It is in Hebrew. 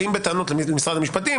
באים בטענות למשרד המשפטים,